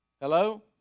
Hello